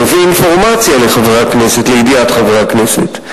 הוא מביא אינפורמציה לידיעת חברי הכנסת.